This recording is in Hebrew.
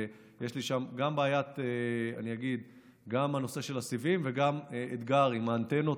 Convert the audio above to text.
ויש לי שם בעיה גם בנושא של הסיבים וגם אתגר עם האנטנות,